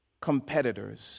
competitors